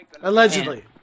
Allegedly